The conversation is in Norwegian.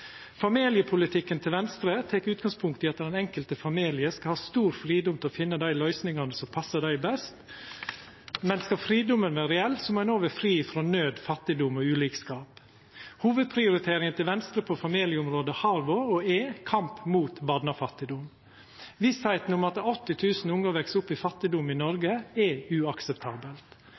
Familiepolitikken til Venstre tek utgangspunkt i at den enkelte familien skal ha stor fridom til å finna dei løysingane som passar dei best. Men skal fridomen vera reell, må ein òg vera fri frå naud, fattigdom og ulikskap. Hovudprioriteringa for Venstre på familieområdet har vore og er kamp mot barnefattigdom. Vissa om at 80 000 ungar veks opp i fattigdom i Noreg, er